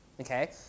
Okay